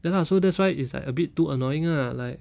ya lah so that's why it's like a bit too annoying ah like